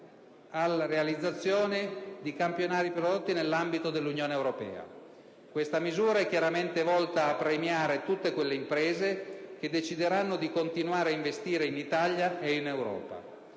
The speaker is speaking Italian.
alla realizzazione di campionari prodotti nell'ambito dell'Unione europea. Questa misura è chiaramente volta a premiare tutte quelle imprese che decideranno di continuare ad investire in Italia e in Europa.